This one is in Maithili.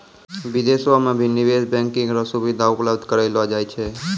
विदेशो म भी निवेश बैंकिंग र सुविधा उपलब्ध करयलो जाय छै